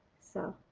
so